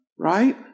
Right